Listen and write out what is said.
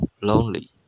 lonely